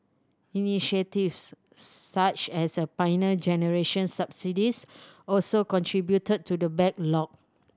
initiatives such as the Pioneer Generation subsidies also contributed to the backlog